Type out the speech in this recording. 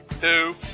Two